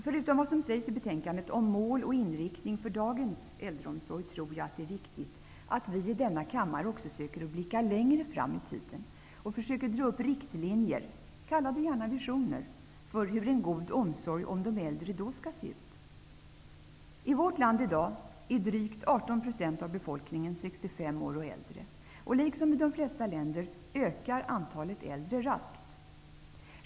Förutom vad som sägs i betänkandet om mål och inriktning för dagens äldreomsorg tror jag att det är viktigt att vi i denna kammare också försöker att blicka längre fram i tiden och dra upp riktlinjer -- kalla det gärna visioner -- för hur en god omsorg om de äldre då skall se ut. I vårt land i dag är drygt 18 % av befolkningen 65 år och däröver, och liksom i de flesta länder ökar antalet äldre raskt.